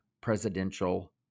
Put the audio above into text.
presidential